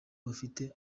bafite